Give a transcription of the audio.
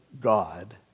God